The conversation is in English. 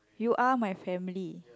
you are my family